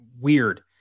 weird